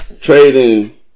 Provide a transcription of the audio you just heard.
trading